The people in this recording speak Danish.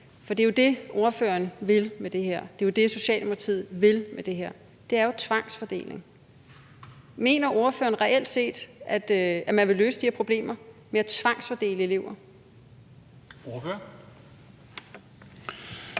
For det er jo det, ordføreren vil med det her. Det er jo det, Socialdemokratiet vil med det her. Det er jo tvangsfordeling. Mener ordføreren reelt set, at man vil løse de her problemer ved at tvangsfordele elever? Kl.